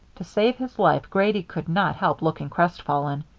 to save his life grady could not help looking crestfallen.